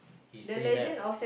it still have